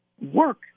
work